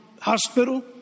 hospital